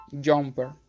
jumper